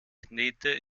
knete